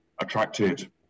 attracted